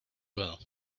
will